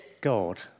God